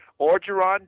Orgeron